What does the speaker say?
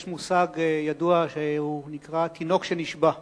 יש מושג ידוע שנקרא "תינוק שנשבה",